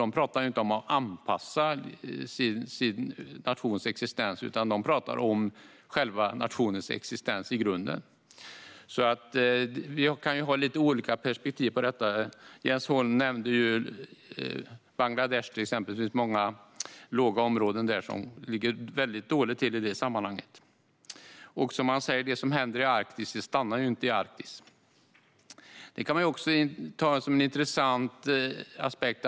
De talar inte om att anpassa sin nations existens, utan de talar om nationens själva existens i grunden. Vi kan ha lite olika perspektiv på detta. Jens Holm nämnde till exempel Bangladesh, där det finns många låga områden som ligger väldigt dåligt till i det sammanhanget. Och som han säger: Det som händer i Arktis stannar inte där. Detta är också en intressant aspekt.